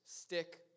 stick